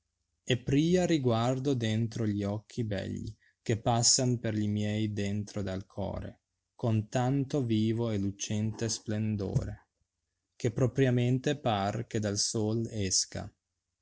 e pria riguardo dentro gli occhiliegli che passan per gli miei dentro dal core con tanto tìto e lucente splendore che propiamente par che dal sol esca